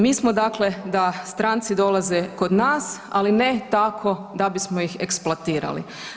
Mi smo dakle da stranci dolaze kod nas, ali ne tako da bismo ih eksploatirali.